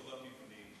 לא במבנים.